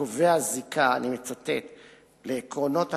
הקובע זיקה "לעקרונות החירות,